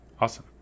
awesome